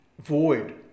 Void